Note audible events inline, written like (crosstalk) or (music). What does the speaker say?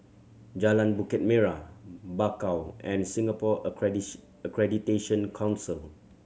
Jalan Bukit Merah Bakau and Singapore (unintelligible) Accreditation Council